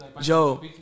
Joe